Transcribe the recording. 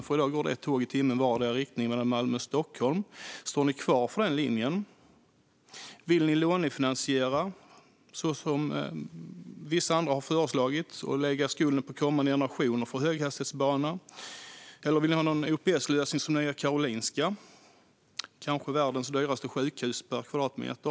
Det går i dag ett tåg i timmen i vardera riktning mellan Malmö och Stockholm. Står ni kvar vid den linjen? Vill ni lånefinansiera, som vissa andra föreslagit, och lägga skulden på kommande generationer för höghastighetsbanan? Eller vill ni ha någon OPS-lösning, som för Nya Karolinska? Det är kanske världens dyraste sjukhus per kvadratmeter.